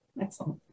Excellent